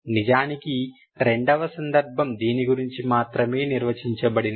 నిజానికి 2 వ సందర్భం దీని గురించి మాత్రమే నిర్వచించబడినది